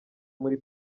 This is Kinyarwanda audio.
muri